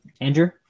Andrew